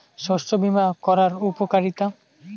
শস্য বিমা করার উপকারীতা?